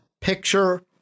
picture